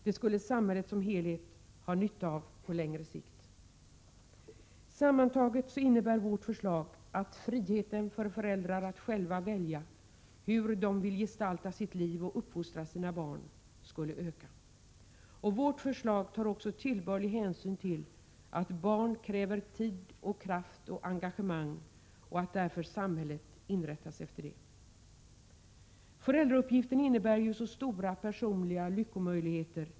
Det skulle samhället som helhet ha nytta av på längre sikt. Sammantaget innebär vårt förslag att friheten för föräldrar att själva välja hur de vill gestalta sitt liv och uppfostra sina barn skulle öka. Vårt förslag tar också tillbörlig hänsyn till att barn kräver tid och kraft och engagemang och att samhället därför bör inrättas efter det. Föräldrauppgiften innebär ju så stora personliga lyckomöjligheter.